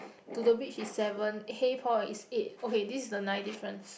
to the beach is seven hey paul is eight okay this is the ninth difference